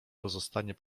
pozostanie